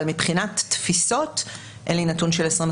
אבל מבחינת תפיסות אין לי נתון של 2022,